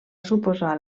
suposar